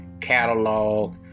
catalog